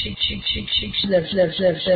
શિક્ષકે સર્કિટ ની રચના દર્શાવવી જ જોઇએ